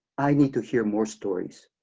i need to hear more stories.